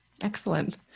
Excellent